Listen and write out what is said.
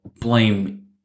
blame